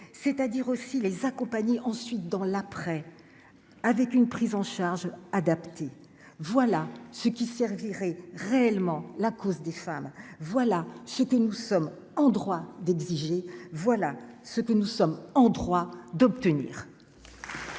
c'est-à-dire aussi les accompagner ensuite dans l'après, avec une prise en charge adaptée, voilà ce qui servirait réellement la cause des femmes voilà j'étais nous sommes en droit d'exiger, voilà ce que nous sommes en droit d'obtenir.